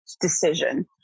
decision